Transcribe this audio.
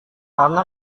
karena